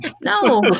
no